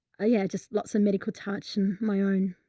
ah, yeah. just lots of medical touch and my own,